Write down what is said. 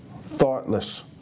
thoughtless